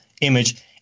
image